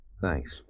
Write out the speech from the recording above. Thanks